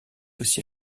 aussi